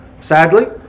Sadly